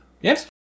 Yes